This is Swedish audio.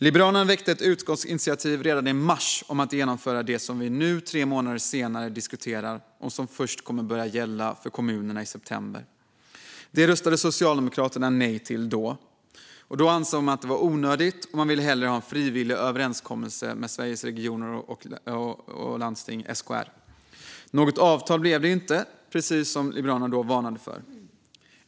Liberalerna väckte ett utskottsinitiativ redan i mars om att genomföra det som vi nu tre månader senare diskuterar och som kommer att börja gälla för kommunerna först i september. Det röstade Socialdemokraterna nej till. Då ansåg man att det var onödigt och ville hellre ha en frivillig överenskommelse med Sveriges Kommuner och Regioner, SKR. Något avtal där blev det inte, precis som Liberalerna då varnade för.